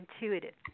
intuitive